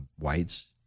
whites